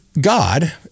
God